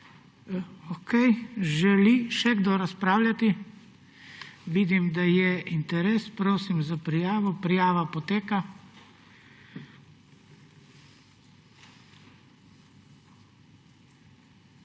Želi še kdo razpravljati? Vidim, da je interes. Prosim za prijavo. Prijava poteka.